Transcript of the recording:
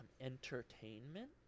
entertainment